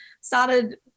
started